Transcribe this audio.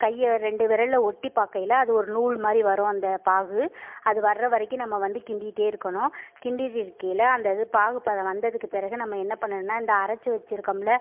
கையை ரெண்டு விரலில் ஒட்டிப் பார்க்கையில அது ஒரு நூல் மாதிரி வரும் அந்த பாகு அது வர்ற வரைக்கும் நம்ம வந்து கிண்டிக்கிட்டே இருக்கணும் கிண்டிகிட்டு இருக்கையில் அந்த இது பாகுப்பதம் வந்ததுக்குப் பிறகு நம்ம என்ன பண்ணணுன்னா இந்த அரச்சு வச்சுருக்கோம்ல